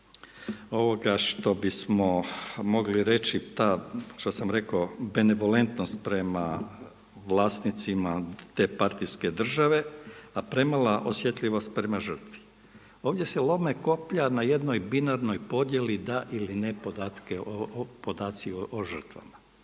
ovoga što bismo mogli reći, što sam rekao benevolentnost prema vlasnicima te partijske države, a premala osjetljivost prema žrtvi. Ovdje se lome koplja na jednoj binarnoj podjeli, da ili ne podaci o žrtvama.